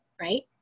right